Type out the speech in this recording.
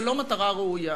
זה לא מטרה ראויה.